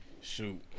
shoot